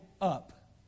up